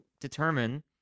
determine